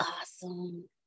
Awesome